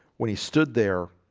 when he stood there